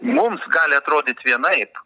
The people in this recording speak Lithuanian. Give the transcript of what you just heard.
mums gali atrodyt vienaip